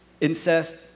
incest